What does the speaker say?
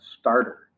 starter